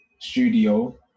studio